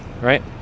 Right